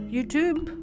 YouTube